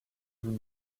vous